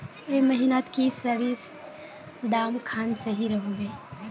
ए महीनात की सरिसर दाम खान सही रोहवे?